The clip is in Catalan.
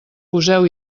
poseu